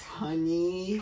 honey